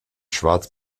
schwartz